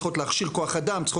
צריכות להכשיר כוח אדם,